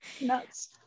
Nuts